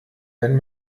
wenn